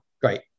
great